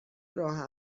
راه